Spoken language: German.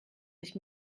sich